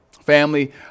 Family